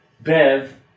Bev